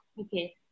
Okay